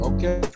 Okay